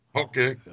Okay